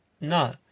No